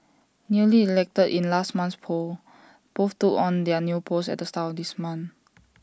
newly elected in last month's polls both took on their new posts at the start of this month